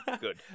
good